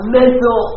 mental